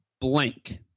blank –